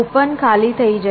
open ખાલી થઈ જશે